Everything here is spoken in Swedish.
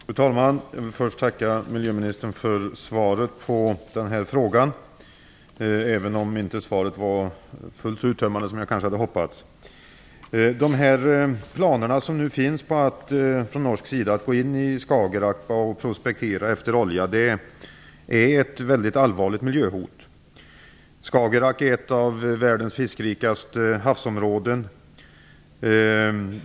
Fru talman! Jag vill först tacka miljöministern för svaret på frågan, även om det inte var fullt så uttömmande som jag hade hoppats. De planer som finns från norsk sida på att gå in i Skagerrak och prospektera efter olja utgör ett väldigt allvarligt miljöhot. Skagerrak är ett av världens fiskrikaste havsområden.